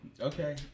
Okay